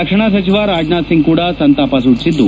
ರಕ್ಷಣಾ ಸಚಿವ ರಾಜನಾಥ್ ಸಿಂಗ್ ಕೂಡ ಸಂತಾಪ ಸೂಚಿಸಿದ್ದು